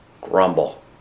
Grumble